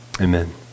Amen